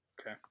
okay